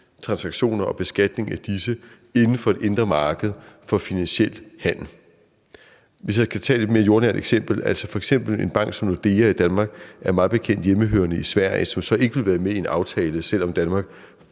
transaktioner og beskatning af disse inden for et indre marked for finansiel handel. Hvis jeg skal tage et lidt mere jordnært eksempel, kan jeg sige, at f.eks. en bank som Nordea i Danmark mig bekendt er hjemmehørende i Sverige, som så ikke vil være med i en aftale, selv om Danmark